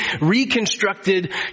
reconstructed